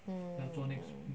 mm